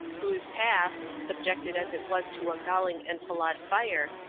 whose task, subjected as it was to a galling enfilade fire,